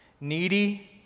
needy